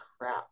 crap